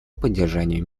поддержанию